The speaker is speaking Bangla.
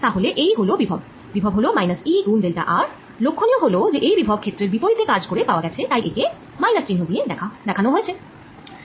তাহলে এই হল বিভব বিভব হল -E গুন ডেল্টা r লক্ষণীয় হল যে এই বিভব ক্ষেত্রের বিপরীতে কাজ করে পাওয়া গেছে তাই একে - চিহ্ন দিয়ে দেখান হয়েছে